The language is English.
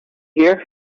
here